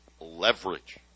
leverage